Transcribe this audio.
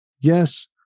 yes